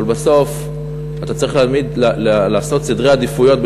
אבל בסוף אתה צריך לעשות סדר עדיפויות,